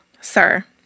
Sir